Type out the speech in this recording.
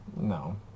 No